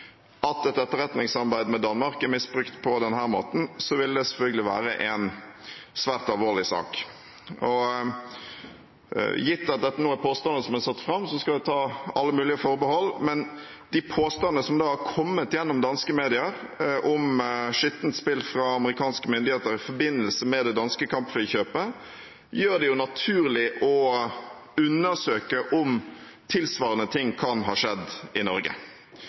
at et etterretningssamarbeid med Danmark er misbrukt på denne måten, vil det selvfølgelig være en svært alvorlig sak. Gitt at dette er påstander som er satt fram, skal jeg ta alle mulige forbehold, men de påstandene som er kommet gjennom danske medier om skittent spill fra amerikanske myndigheter i forbindelse med det danske kampflykjøpet, gjør det naturlig å undersøke om tilsvarende ting kan ha skjedd i Norge.